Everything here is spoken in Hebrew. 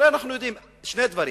הרי אנחנו יודעים שני דברים: